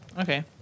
Okay